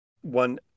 one